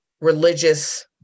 religious